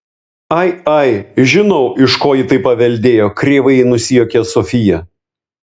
ai ai žinau iš ko ji tai paveldėjo kreivai nusijuokė sofija